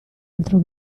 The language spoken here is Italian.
altro